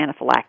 anaphylactic